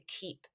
keep